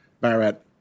Barrett